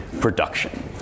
production